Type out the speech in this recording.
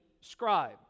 scribe